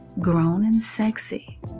grown-and-sexy